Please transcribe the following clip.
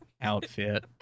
outfit